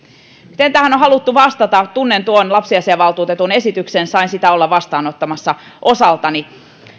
miten tähän on haluttu vastata tunnen tuon lapsiasiainvaltuutetun esityksen sain sitä olla vastaanottamassa osaltani